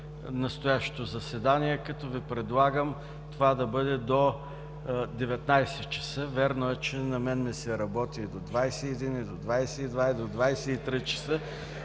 настоящето заседание, като Ви предлагам това да бъде до 19,00 ч. Вярно е, че на мен ми се работи и до 21,00 ч., и до 22,00